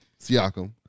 Siakam